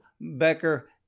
Becker